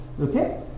Okay